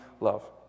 love